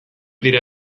dira